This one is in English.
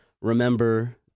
remember